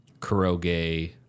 Kuroge